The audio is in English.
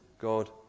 God